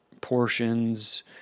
portions